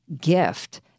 gift